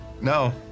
No